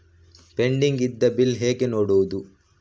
Pending ಇದ್ದ bill ಹೇಗೆ ನೋಡುವುದು?